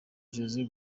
josé